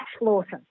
lawson